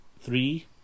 Three